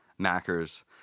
Mackers